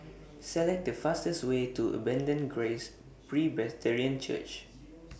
Select The fastest Way to Abundant Grace Presbyterian Church